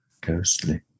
Ghostly